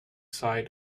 side